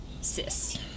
cis